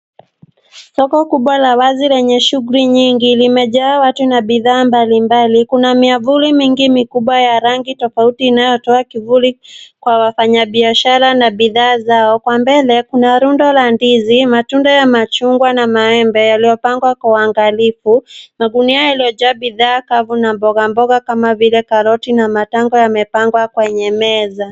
Soko kubwa la wazi lenye shughuli nyingi limejaa watu na bidhaa mbalimbali. Kuna miavuli mingi mikubwa ya rangi tofauti inayotoa kivuli kwa wanabiashara na bidhaa zao. Kwa mbele kuna rundo la ndizi, matunda ya machungwa na membe yaliyopangwa kwa uangalifu, magunia yaliyojaa bidhaa kavu na mbogamboga kama vile karoti na matambo yamepangwa kwenye meza.